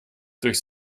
durch